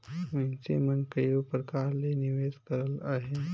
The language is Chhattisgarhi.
मइनसे मन कइयो परकार ले निवेस करत अहें